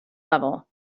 level